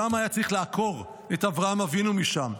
למה היה צריך לעקור את אברהם אבינו משם?